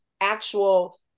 actual